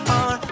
on